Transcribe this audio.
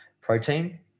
Protein